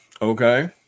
Okay